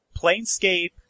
Planescape